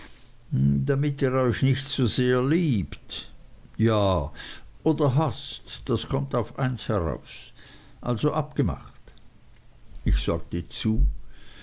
damit ihr euch nicht zu sehr liebt ja oder haßt das kommt auf eins heraus also abgemacht ich sagte zu